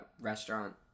restaurant